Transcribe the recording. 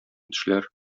тешләр